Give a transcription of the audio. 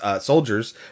soldiers